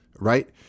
right